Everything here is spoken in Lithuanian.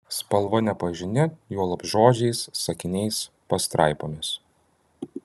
spalva nepažini juolab žodžiais sakiniais pastraipomis